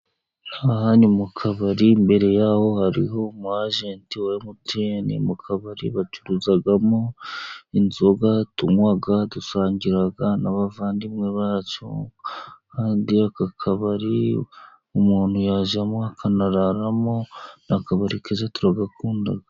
Aha ni mu kabari, imbere yaho hariho umwajenti wa MTN. Mu kabari bacuruzamo inzoga tunywa dusangira n'abavandimwe bacu, kandi aka kabari umuntu yajyamo akanararamo ni akabare keza turagakunda.